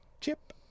CHIP